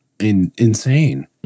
insane